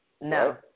No